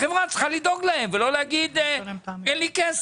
החברה צריכה לדאוג להם ולא להגיד, אין לי כסף.